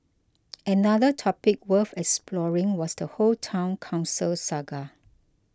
another topic worth exploring was the whole Town Council saga